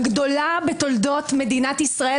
הגדולה בתולדות מדינת ישראל.